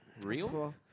real